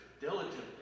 diligently